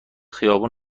خیابون